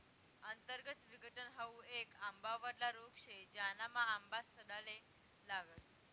अंतर्गत विघटन हाउ येक आंबावरला रोग शे, ज्यानामा आंबा सडाले लागस